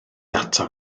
ato